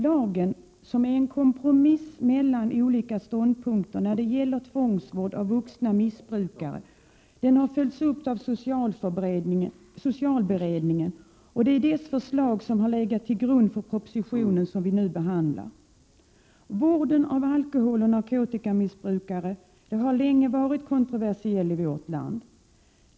Lagen, som är en kompromiss mellan olika ståndpunkter när det gäller tvångsvård av vuxna missbrukare, har följts upp av socialberedningen. Det är dess förslag som har legat till grund för den proposition som vi nu behandlar. Vården av alkoholoch narkotikamissbrukare har länge varit kontroversielli vårt land.